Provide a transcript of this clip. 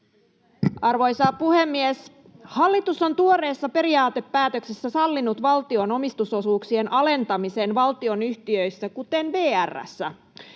Arvoisa puhemies! Hallitus on tuoreessa periaatepäätöksessä sallinut valtion omistusosuuksien alentamisen valtionyhtiöissä, kuten VR:ssä.